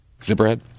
Zipperhead